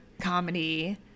comedy